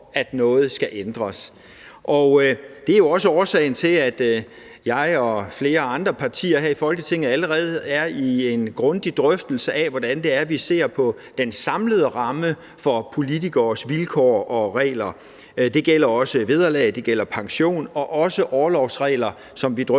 at noget skal ændres. Det er jo også årsagen til, at vi er flere partier her i Folketinget, der allerede er i gang med en grundig drøftelse af, hvordan vi ser på den samlede ramme for politikeres vilkår og reglerne på området – det gælder også vederlag, og det gælder pension og også orlovsregler, som vi drøfter